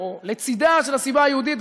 או לצדה של הסיבה היהודית,